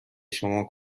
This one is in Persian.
شما